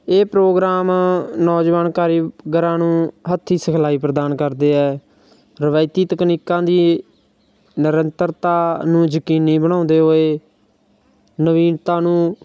ਇਹ ਪ੍ਰੋਗਰਾਮ ਨੌਜਵਾਨ ਕਾਰੀਗਰਾਂ ਨੂੰ ਹੱਥੀਂ ਸਿਖਲਾਈ ਪ੍ਰਦਾਨ ਕਰਦੇ ਹੈ ਰਵਾਇਤੀ ਤਕਨੀਕਾਂ ਦੀ ਨਿਰੰਤਰਤਾ ਨੂੰ ਯਕੀਨੀ ਬਣਾਉਂਦੇ ਹੋਏ ਨਵੀਨਤਾ ਨੂੰ